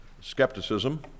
skepticism